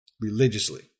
Religiously